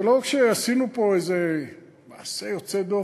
זה לא שעשינו פה איזה מעשה יוצא דופן.